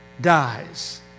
dies